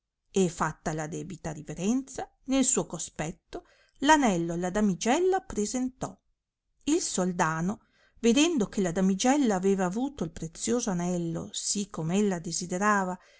e fatta la debita riverenza nel suo cospetto l'anello alla damigella appresentò il soldano vedendo che la damigella aveva avuto il prezioso anelio sì com ella desiderava